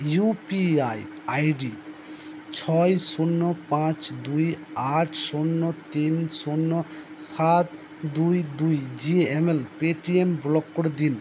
UPI ID ছয় শূন্য পাঁচ দুই আট শূন্য তিন শূন্য সাত দুই দুই জিএমএল পেটিএম ব্লক করে দিন